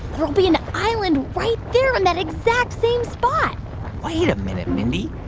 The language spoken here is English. there'll be an island right there in that exact same spot wait a minute, mindy.